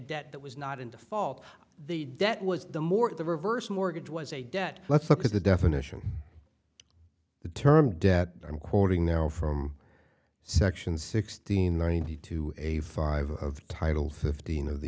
debt that was not in default the debt was the mortgage the reverse mortgage was a debt let's look at the definition the term debt i'm quoting now from section sixteen ninety two a five of title fifteen of the